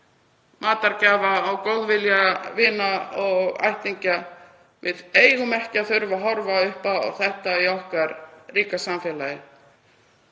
matargjafir og góðvilja vina og ættingja. Við eigum ekki að þurfa að horfa upp á þetta í okkar ríka samfélagi.